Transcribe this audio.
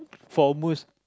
for almost